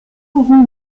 auront